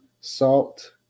salt